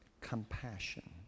compassion